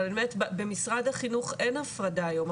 אבל במשרד החינוך אין הפרדה היום,